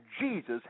Jesus